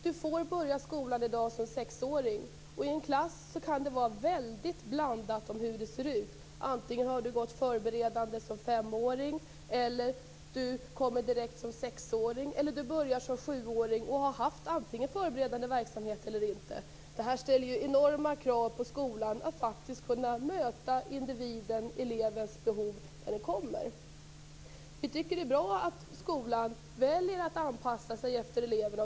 Man får i dag börja skolan som sexåring. I en klass kan det vara väldigt blandat. Barnet har antingen gått förberedande som femåring, kommer direkt som sexåring eller börjar som sjuåring och har eller har inte haft förberedande verksamhet. Detta ställer enorma krav på skolan att möta individens, elevens, behov när den kommer. Vi tycker att det är bra att skolan väljer att anpassa sig efter eleven.